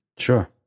sure